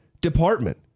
department